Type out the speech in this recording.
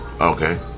okay